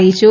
അറിയിച്ചു